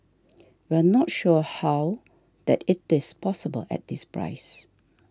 we're not sure how that it is possible at this price